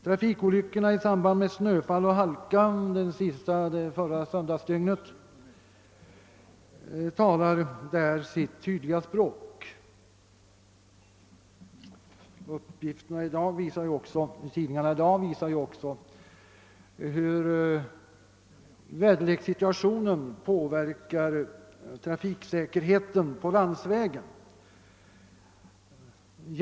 Halkolyckorna i samband med förra sön dagens snöfall talar sitt tydliga språk. Också dagens tidningar visar hur väderlekssituationen påverkar trafiksäkerheten på landsvägarna.